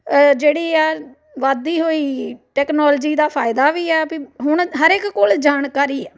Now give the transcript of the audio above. ਜਿਹੜੀ ਆ ਵੱਧਦੀ ਹੋਈ ਟੈਕਨੋਲਜੀ ਦਾ ਫ਼ਾਇਦਾ ਵੀ ਆ ਪਈ ਹੁਣ ਹਰ ਇੱਕ ਕੋਲ ਜਾਣਕਾਰੀ ਹੈ